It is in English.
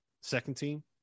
second-team